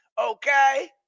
okay